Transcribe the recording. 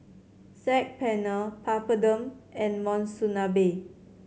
Saag Paneer Papadum and Monsunabe